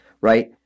right